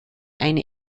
eine